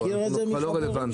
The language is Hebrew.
זה כבר לא רלוונטי'